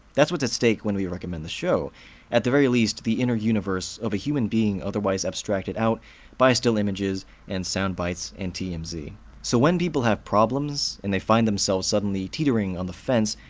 that's what's at stake when we recommend the show at the very least, the inner universe of a human being otherwise abstracted out by still images and soundbytes and tmz. so when people have problems, and they find themselves suddenly teetering on the fence,